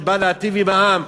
שבאה להיטיב עם העם,